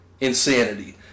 Insanity